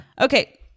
okay